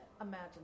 Imagine